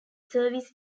service